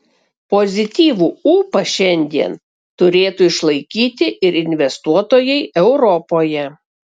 pozityvų ūpą šiandien turėtų išlaikyti ir investuotojai europoje